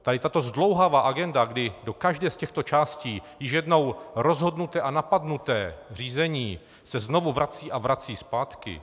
Tady tato zdlouhavá agenda, kdy do každé z této části již jednou rozhodnuté a napadené řízení se znovu vrací a vrací zpátky.